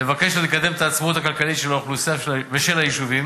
מבקשת לקדם את העצמאות הכלכלית של האוכלוסייה ושל היישובים,